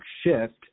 shift